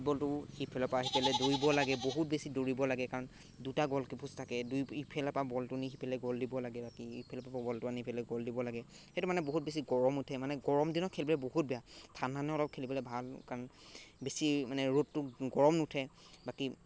ফুটবলটো সিফালৰ পৰা আহি পেলাই দৌৰিব লাগে বহুত বেছি দৌৰিব লাগে কাৰণ দুটা গ'লকি পোষ্ট থাকে দুই ইফালৰ পৰা বলটো নি সিফালে গ'ল দিব লাগে বাকী ইফালৰ পৰা বলটো আনি পেলাই গ'ল দিব লাগে সেইটো মানে বহুত বেছি গৰম উঠে মানে গৰম দিনত খেলিবলৈ বহুত বেয়া ঠাণ্ডা দিনত অলপ খেলিবলৈ ভাল কাৰণ বেছি মানে ৰ'দটো গৰম নুঠে বাকী